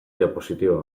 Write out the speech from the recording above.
diapositiba